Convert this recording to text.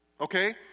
Okay